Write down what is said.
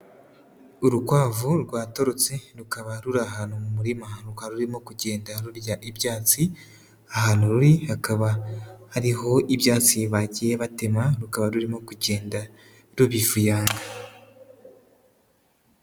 Urukwavu rwatorotse, rukaba ruri ahantu mu murima, rukaba rurimo kugenda rurya ibyatsi, ahantu ruri hakaba hariho ibyatsi bagiye batema rukaba rurimo kugenda rubivuyanga.